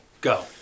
Go